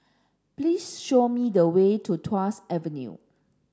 please show me the way to Tuas Avenue